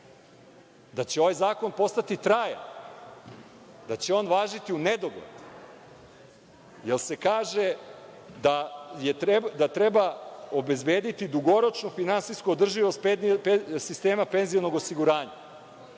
da će ovaj zakon postati trajan, da će on važiti u nedogled, jer se kaže da treba obezbediti dugoročnu finansijsku održivost sistema penzionog osiguranja